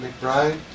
McBride